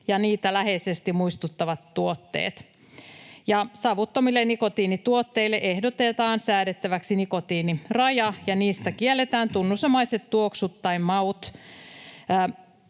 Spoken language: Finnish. ja niitä läheisesti muistuttavat tuotteet. Savuttomille nikotiinituotteille ehdotetaan säädettäväksi nikotiiniraja, ja niistä kielletään tunnusomaiset tuoksut tai maut.